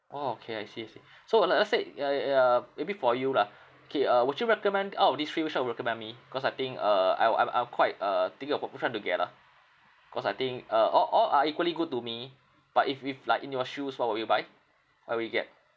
orh okay I see I see so like I said uh uh maybe for you lah K uh would you recommend out of these three which one will you recommend me cause I think uh I wa~ I'm I'm quite uh thinking of uh which one to get ah cause I think uh all all are equally good to me but if if like in your shoes what will you buy what will you get